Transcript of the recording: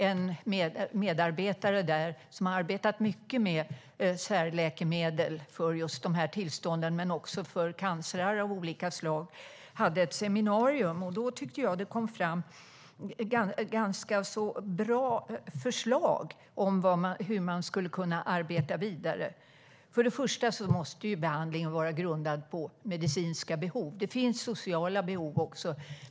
En medarbetare där, som har arbetat mycket med särläkemedel för just de här tillstånden men också för cancrar av olika slag, höll i ett seminarium. Jag tyckte att det kom fram ganska bra förslag om hur man skulle kunna arbeta vidare. Till att börja med måste behandlingen vara grundad på medicinska behov. Det finns sociala behov också.